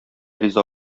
риза